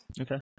Okay